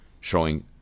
showing